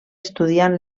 estudiant